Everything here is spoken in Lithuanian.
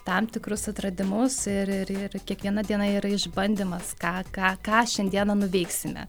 tam tikrus atradimus ir ir ir kiekviena diena yra išbandymas ką ką ką šiandieną nuveiksime